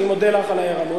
אני מודה לך על הערנות,